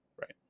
right